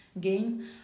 game